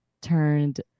turned